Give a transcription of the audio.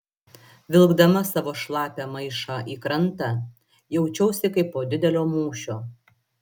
vilkdama savo šlapią maišą į krantą jaučiausi kaip po didelio mūšio